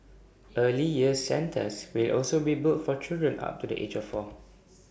early years centres will also be built for children up to the age of four